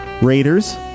Raiders